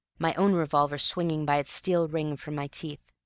my own revolver swinging by its steel ring from my teeth.